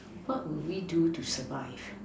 what would we do to survive